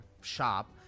shop